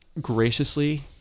graciously